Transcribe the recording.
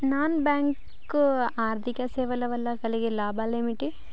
Non bank ఆర్థిక సేవల వల్ల కలిగే లాభాలు ఏమిటి?